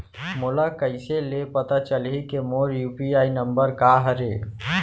मोला कइसे ले पता चलही के मोर यू.पी.आई नंबर का हरे?